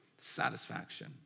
satisfaction